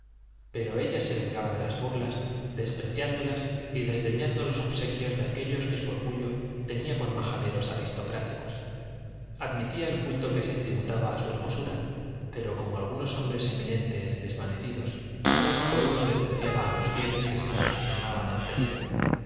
pero ella se vengaba de las burlas despreciándolas y desdeñando los obsequios de aquellos que su orgullo tenía por majaderos aristocráticos admitía el culto que se tributaba a su hermosura pero como algunos hombres eminentes desvanecidos uno por uno despreciaba a los fieles que se prosternaban ante el ídolo